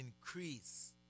increase